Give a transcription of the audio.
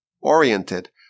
Oriented